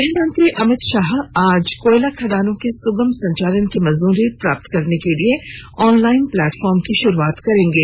गृहमंत्री अमित शाह आज कोयला खदानों के सुगम संचालन की मंजूरी प्राप्त करने के लिए ऑनलाइन प्लेटफार्म की शुरुआत करेंगे